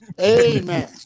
Amen